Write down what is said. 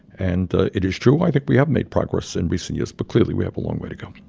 and it is true, i think we have made progress in recent years. but clearly we have a long way to go